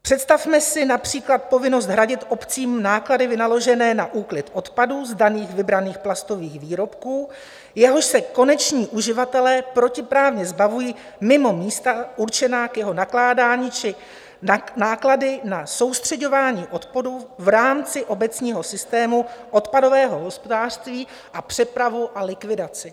Představme si například povinnost hradit obcím náklady vynaložené na úklid odpadu z daných vybraných plastových výrobků, jehož se koneční uživatelé protiprávně zbavují mimo místa určená k jeho nakládání, či náklady na soustřeďování odpadu v rámci obecního systému odpadového hospodářství a přepravu a likvidaci.